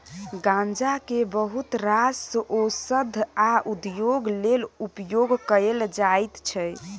गांजा केँ बहुत रास ओषध आ उद्योग लेल उपयोग कएल जाइत छै